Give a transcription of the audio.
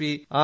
P R